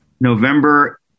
November